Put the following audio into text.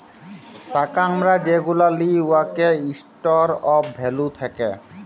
টাকা আমরা যেগুলা লিই উয়াতে ইস্টর অফ ভ্যালু থ্যাকে